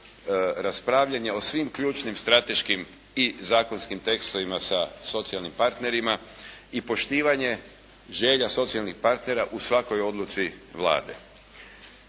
raspravljanje o svim ključnim strateškim i zakonskim tekstovima sa svim socijalnim partnerima i poštivanje želja socijalnih partnera u svakoj odluci Vlade.